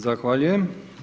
Zahvaljujem.